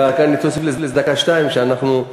תוסיף לי איזה דקה, שתיים.